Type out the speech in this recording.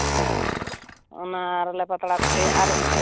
ᱚᱱᱟ ᱨᱮᱞᱮ ᱯᱟᱛᱲᱟ ᱯᱤᱴᱷᱟᱹᱭᱟ ᱟᱨ